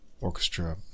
orchestra